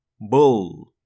Bull